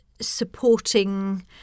supporting